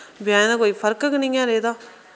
ब्याह्एं दा कोई फर्क गै नेईं ऐ रेह्दा